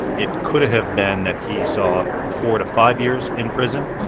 it could have been that he saw four to five years in prison.